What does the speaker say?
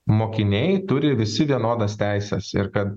mokiniai turi visi vienodas teises ir kad